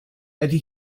ydy